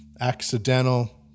accidental